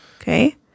Okay